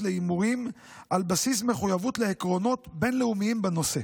להימורים על בסיס מחויבות לעקרונות בין-לאומיים בנושא.